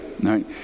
right